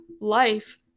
life